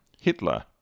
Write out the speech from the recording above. Hitler